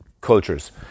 cultures